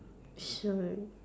sure